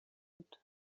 میدونم